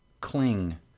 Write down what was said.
cling